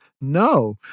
No